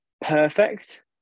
perfect